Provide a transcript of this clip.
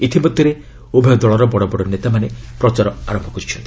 ଇତିମଧ୍ୟରେ ଉଭୟ ଦଳର ବଡ଼ବଡ଼ ନେତାମାନେ ପ୍ରଚାର ଆରମ୍ଭ କରିଛନ୍ତି